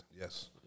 yes